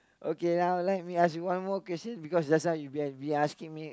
okay now let me ask you one more question because just now you been asking me